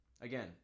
Again